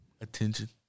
attention